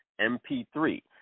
MP3